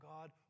God